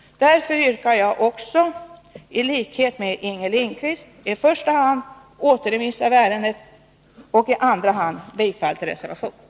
Därför yrkar jag också, i likhet med Inger Lindquist, i första hand återremiss av ärendet och i andra hand bifall till reservationen.